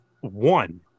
one